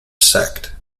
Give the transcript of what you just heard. sect